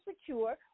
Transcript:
secure